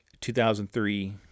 2003